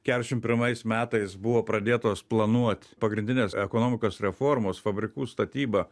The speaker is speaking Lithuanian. keturiasdešimt pirmais metais buvo pradėtos planuot pagrindines ekonomikos reformos fabrikų statyba